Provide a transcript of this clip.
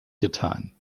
getan